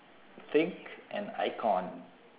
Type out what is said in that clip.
think an icon